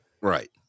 Right